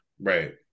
Right